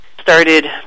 started